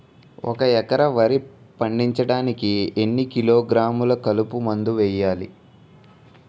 ఒక ఎకర వరి పండించటానికి ఎన్ని కిలోగ్రాములు కలుపు మందు వేయాలి?